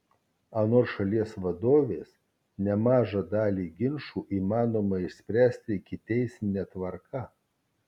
anot šalies vadovės nemažą dalį ginčų įmanoma išspręsti ikiteismine tvarka